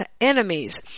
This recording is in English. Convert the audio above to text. enemies